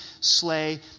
slay